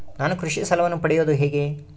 ನಾನು ಕೃಷಿ ಸಾಲವನ್ನು ಪಡೆಯೋದು ಹೇಗೆ?